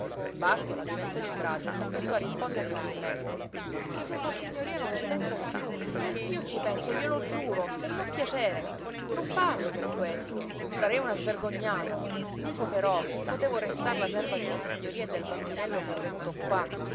bàrtola diventò di bragia e s'affrettò a rispondergli umilmente ma se vossignoria non ci pensa piú neanch'io ci penso glielo giuro e n'ho piacere non parlo per questo sarei una svergognata dico però che potevo restar la serva di vossignoria e del bambinello che è venuto qua